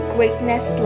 Greatness